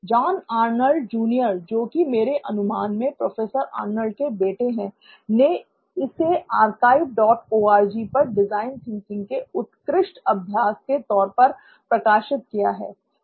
John Arnold junior जो कि मेरे अनुमान में प्रोफेसर आर्नल्ड के बेटे हैं ने इसे आर्काइव डॉट ओआरजी पर डिजाइन थिंकिंग के उत्कृष्ट अभ्यास के तौर पर प्रकाशित किया है